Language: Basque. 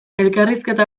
elkarrizketa